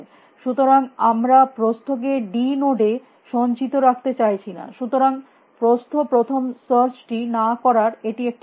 সুতরাং আমরা প্রস্থ কে ডি নোডে সঞ্চিত রাখতে চাইছি না সুতরাং প্রস্থ প্রথম সার্চটি না করার এটি একটি কারণ